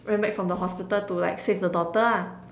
ran back from the hospital to like save the daughter lah